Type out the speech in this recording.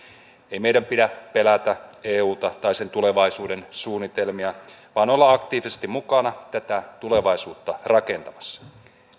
ei meidän pidä pelätä euta tai sen tulevaisuudensuunnitelmia vaan olla aktiivisesti mukana tätä tulevaisuutta rakentamassa